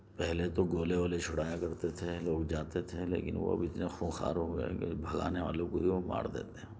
پہلے تو گولے وولے چُھڑایا کرتے تھے لوگ جاتے تھے لیکن وہ اب اتنے خونخوار ہو گئے ہیں کہ بھگانے والوں کو یہ لوگ مار دیتے